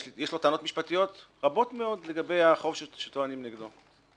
יש לו טענות משפטיות רבות מאוד לגבי החוב שטוענים נגדו.